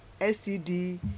STD